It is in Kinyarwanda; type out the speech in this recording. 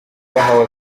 rwahawe